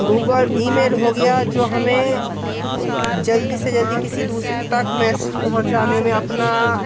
Google email हो गया जो हमें जल्दी से जल्दी किसी दूसरे तक पास मैसेज पहुँचाने में अपना